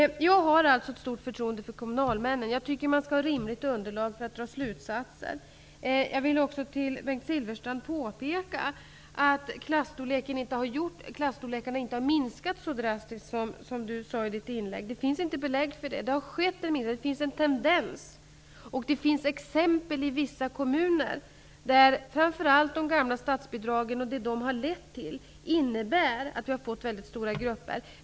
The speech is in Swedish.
Jag har alltså ett stort förtroende för kommunalmännen. Jag tycker att man skall ha ett rimligt underlag för att dra slutsatser. Jag vill också till Bengt Silfverstrand påpeka att klasstorlekarna inte har ökat så drastiskt som han sade i sitt inlägg. Det finns inte belägg för detta. Det finns en tendens till och exempel i vissa kommuner på att framför allt de gamla statsbidragen lett till att vi fått mycket stora grupper.